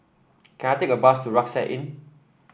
can I take a bus to Rucksack Inn